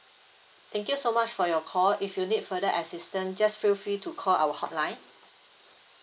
thank you so much for your call if you need further assistant just feel free to call our hotline